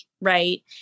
Right